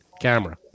camera